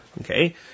Okay